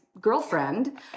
girlfriend